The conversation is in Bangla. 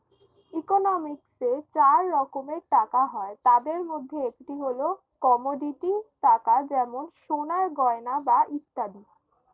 ইকোনমিক্সে চার রকম টাকা হয়, তাদের মধ্যে একটি হল কমোডিটি টাকা যেমন সোনার গয়না বা ইত্যাদি